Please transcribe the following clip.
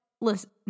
listen